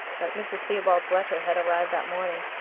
that mrs. theobald's letter had arrived that morning.